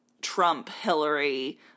Trump-Hillary